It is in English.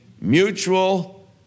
mutual